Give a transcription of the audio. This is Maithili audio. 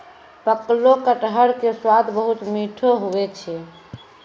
पकलो कटहर के स्वाद बहुत मीठो हुवै छै